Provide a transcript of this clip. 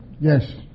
Yes